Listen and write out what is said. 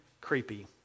creepy